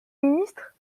ministres